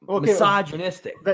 misogynistic